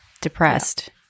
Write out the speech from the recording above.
depressed